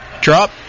drop